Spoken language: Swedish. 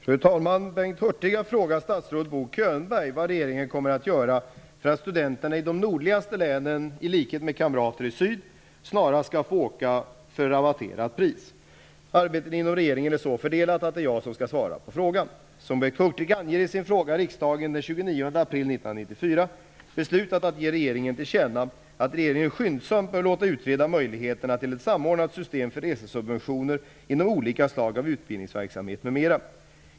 Fru talman! Bengt Hurtig har frågat statsrådet Bo Könberg vad regeringen kommer att göra för att studenterna i de nordligaste länen, i likhet med kamrater i syd, snarast skall få åka för rabatterat pris. Arbetet inom regeringen är så fördelat att det är jag som skall svara på frågan. Som Bengt Hurtig anger i sin fråga har riksdagen den 29 april 1994 beslutat att ge regeringen till känna att regeringen skyndsamt bör låta utreda möjligheterna till ett samordnat system för resesubventioner inom olika slag av utbildningsverksamhet m.m.